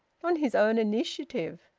on his own initiative,